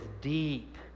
deep